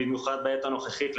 במיוחד בעת הנוכחית,